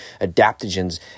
adaptogens